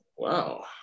wow